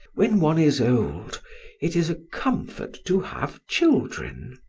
when one is old it is a comfort to have children.